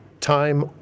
time